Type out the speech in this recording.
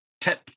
tip